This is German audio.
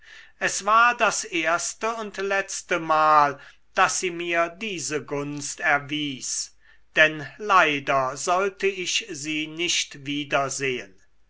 es war das erste und letzte mal daß sie mir diese gunst erwies denn leider sollte ich sie nicht wiedersehen